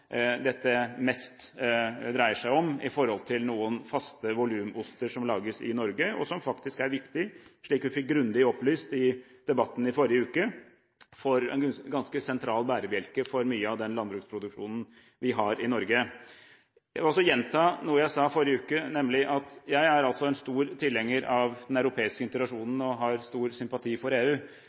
Dette dreier seg mest om noen faste volumoster som lages i Norge, og som faktisk er viktige – slik det ble grundig opplyst om i debatten i forrige uke – og en ganske sentral bærebjelke for mye av den landbruksproduksjonen vi har i Norge. Jeg vil også gjenta noe jeg sa i forrige uke, nemlig at jeg altså er en stor tilhenger av den europeiske integrasjonen og har stor sympati for EU.